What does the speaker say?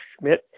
Schmidt